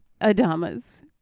Adama's